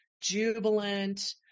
jubilant